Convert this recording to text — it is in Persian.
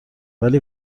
ولی